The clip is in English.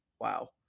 Wow